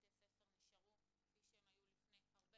בתי ספר נשארו כפי שהם היו לפני הרבה